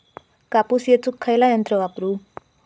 कापूस येचुक खयला यंत्र वापरू?